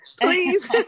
please